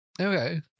Okay